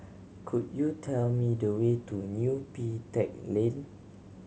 could you tell me the way to Neo Pee Teck Lane